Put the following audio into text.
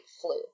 flu